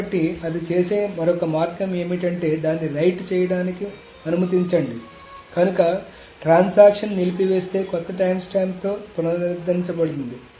కాబట్టి అది చేసే మరొక మార్గం ఏమిటంటే దాన్ని రైట్ చేయడానికి అనుమతించండి కనుక ట్రాన్సాక్షన్ నిలిపివేస్తే కొత్త టైమ్స్టాంప్తో పునఃప్రారంభించబడుతుంది